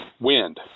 Wind